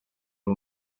ari